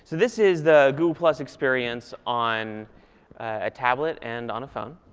this is the google experience on a tablet and on a phone.